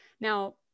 Now